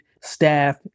staff